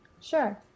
Sure